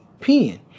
peeing